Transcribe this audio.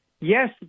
Yes